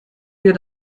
wir